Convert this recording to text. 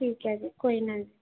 ਠੀਕ ਹੈ ਜੀ ਕੋਈ ਨਾ ਜੀ